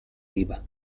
riva